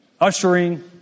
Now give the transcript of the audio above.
ushering